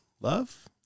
love